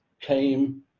came